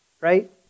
right